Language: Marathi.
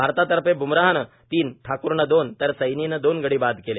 भारतातर्फे बुमराहनं तीन ठाक्रनं दोन तर सैनी नं दोन गडी बाद केले